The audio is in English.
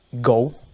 go